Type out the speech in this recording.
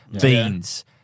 beans